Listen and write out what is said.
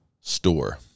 store